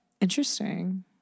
Interesting